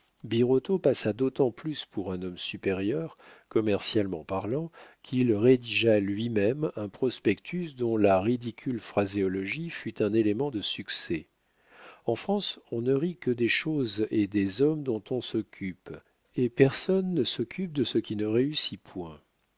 birotteau passa d'autant plus pour un homme supérieur commercialement parlant qu'il rédigea lui-même un prospectus dont la ridicule phraséologie fut un élément de succès en france on ne rit que des choses et des hommes dont on s'occupe et personne ne s'occupe de ce qui ne réussit point